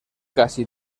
casi